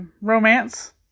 romance